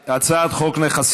(רשומות (הצעות חוק,